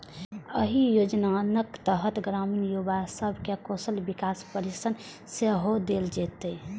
एहि योजनाक तहत ग्रामीण युवा सब कें कौशल विकास प्रशिक्षण सेहो देल जेतै